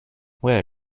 well